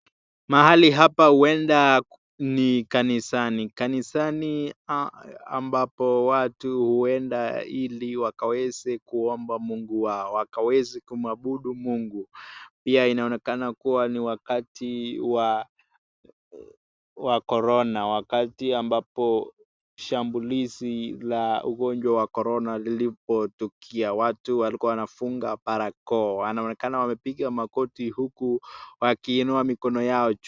Mahali hapa huenda kanisani , kanisani ambapo watu huenda hili wakaweze kuomba wao wakaweze kumwabutu Mungu pia inaonekana kuwa ni wakati wa korona wakati ambapo shambulizi la ugonjwa wa korona ulipotukia watu wikuwa wanafunga barakoa wn anaonekana wanakpika magoti huku wakiinua mikono yao juu.